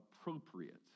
appropriate